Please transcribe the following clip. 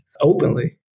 Openly